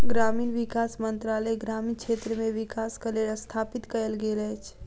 ग्रामीण विकास मंत्रालय ग्रामीण क्षेत्र मे विकासक लेल स्थापित कयल गेल अछि